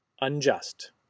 Unjust